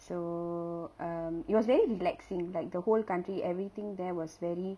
so um it was very relaxing like the whole country everything there was very